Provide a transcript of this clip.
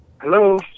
Hello